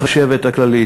החשבת הכללית,